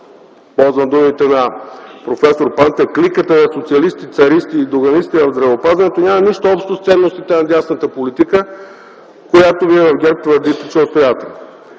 ползвам думите на проф. Пантев - „кликата на социалисти, царисти и доганисти в здравеопазването”, няма нищо общо с ценностите на дясната политика, която вие в ГЕРБ твърдите, че отстоявате.